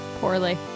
Poorly